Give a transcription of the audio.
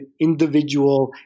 individual